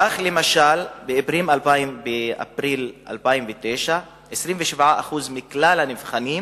כך, למשל, באפריל 2009, 27% מכלל הנבחנים